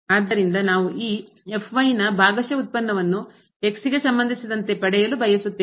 ಆದ್ದರಿಂದ ನಾವು ಈ ನ ಭಾಗಶಃ ಉತ್ಪನ್ನವನ್ನು ಗೆ ಸಂಬಂಧಿಸಿದಂತೆ ಪಡೆಯಲು ಬಯಸುತ್ತೇವೆ